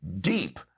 deep